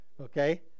Okay